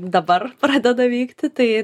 dabar pradeda vykti tai